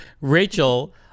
Rachel